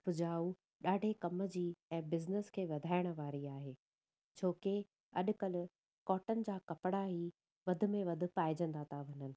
उपजाऊ ॾाढे कम जी ऐं बिज़निस खे वधाइणु वारी आहे छोकी अॼुकल्ह कॉटन जा कपिड़ा ई वधि में वधि पाइजंदा था वञनि